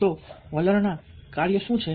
તો વલણ ના કાર્યો શું છે